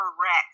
correct